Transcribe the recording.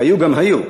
היו גם היו,